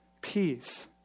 Peace